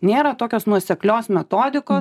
nėra tokios nuoseklios metodikos